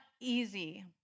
easy